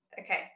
Okay